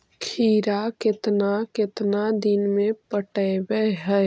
खिरा केतना केतना दिन में पटैबए है?